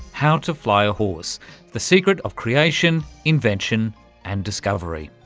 how to fly a horse the secret of creation, invention and discovery.